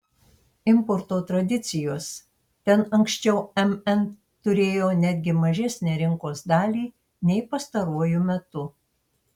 importo tradicijos ten anksčiau mn turėjo netgi mažesnę rinkos dalį nei pastaruoju metu